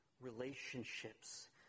relationships